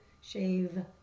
shave